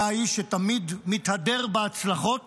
אתה האיש שתמיד מתהדר בהצלחות